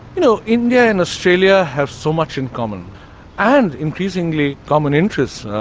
you know, india and australia have so much in common and increasingly common interests,